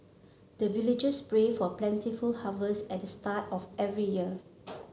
the villagers pray for plentiful harvest at the start of every year